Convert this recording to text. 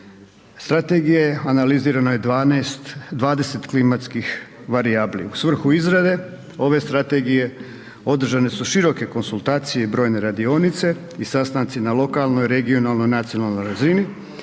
strategije analizirano je 12, 20 klimatskih varijabli. U svrhu izrade ove strategije održane su široke konzultacije i brojne radionice i sastanci na lokalnoj, regionalnoj, nacionalnoj razini.